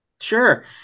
Sure